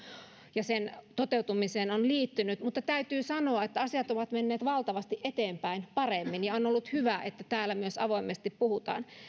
ja sen toteutumiseen on liittynyt mutta täytyy sanoa että asiat ovat menneet valtavasti eteenpäin paremmin ja on ollut hyvä että täällä myös avoimesti puhutaan